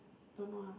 don't know ah